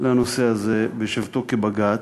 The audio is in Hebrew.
לנושא הזה בשבתו כבג"ץ,